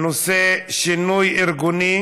בנושא: שינוי ארגוני